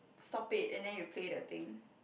stop it and then you play the thing